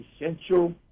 essential